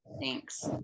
Thanks